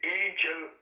angel